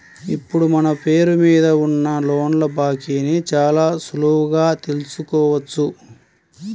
ఇప్పుడు మన పేరు మీద ఉన్న లోన్ల బాకీని చాలా సులువుగా తెల్సుకోవచ్చు